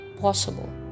possible